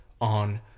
on